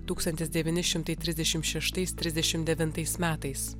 tūkstantis devyni šimtai trisdešim šeštais trisdešim devintais metais